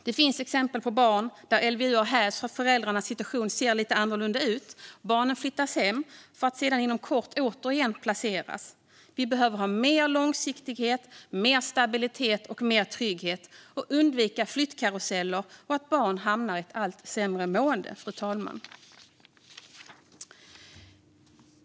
Det finns exempel på barn för vilka LVU har hävts för att föräldrarnas situation ser lite annorlunda ut. Barnet flyttas hem, för att sedan inom kort återigen placeras. Vi behöver ha mer långsiktighet, mer stabilitet och mer trygghet. Vi ska undvika flyttkaruseller, fru talman, och att barn hamnar i ett allt sämre mående.